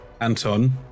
Anton